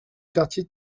quartier